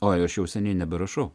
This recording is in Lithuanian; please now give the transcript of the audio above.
oi aš jau seniai neberašau